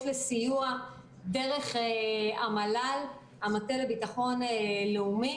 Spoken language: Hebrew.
לסיוע דרך המל"ל - המטה לביטחון לאומי,